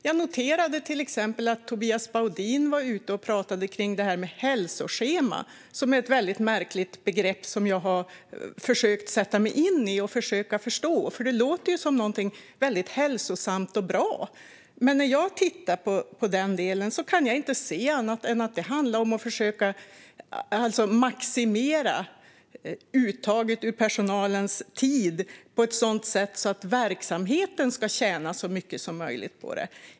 Jag noterade att Tobias Baudin pratade om hälsoscheman, ett väldigt märkligt begrepp som jag har försökt sätta mig in i och förstå. Det låter som någonting väldigt hälsosamt och bra. Men när jag tittar på den delen kan jag inte se annat än att det handlar om att försöka maximera uttaget ur personalens tid på ett sådant sätt att verksamheten ska tjäna så mycket som möjligt på det.